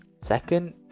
second